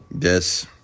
Yes